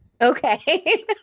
Okay